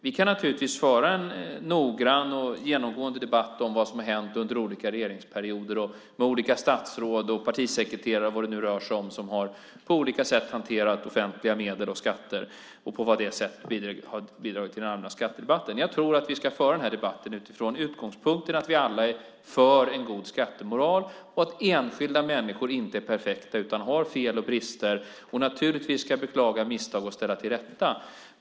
Vi kan naturligtvis föra en noggrann och genomgående debatt om vad som har hänt under olika regeringsperioder och med olika statsråd och partisekreterare, och vad det nu rör sig om, som på olika sätt har hanterat offentliga medel och skatter och på vilket sätt det har bidragit till den allmänna skattedebatten. Men jag tror att vi ska föra den här debatten utifrån utgångspunkten att vi alla är för en god skattemoral och att enskilda människor inte är perfekta utan har fel och brister. De ska naturligtvis beklaga misstag och ställa till rätta.